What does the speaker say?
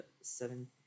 seven